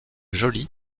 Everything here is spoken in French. joly